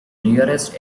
nearest